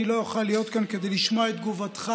לא אוכל להיות כאן כדי לשמוע את תגובתך,